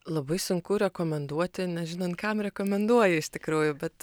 labai sunku rekomenduoti nežinant kam rekomenduoji iš tikrųjų bet